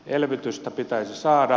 elvytystä pitäisi saada